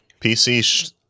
PC